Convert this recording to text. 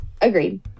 Agreed